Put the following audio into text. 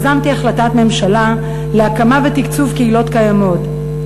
יזמתי החלטת ממשלה להקמת קהילות ולתקצוב קהילות קיימות.